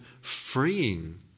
freeing